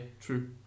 true